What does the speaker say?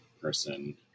person